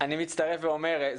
אני מצטרף ואומר,